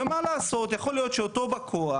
ומה לעשות, יכול להיות שאותו בא כוח,